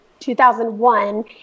2001